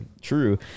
true